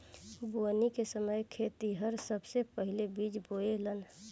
बोवनी के समय खेतिहर सबसे पहिले बिज बोवेलेन